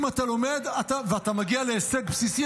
אם אתה לומד ואתה מגיע להישג בסיסי,